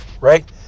right